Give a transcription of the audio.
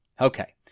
Okay